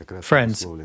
Friends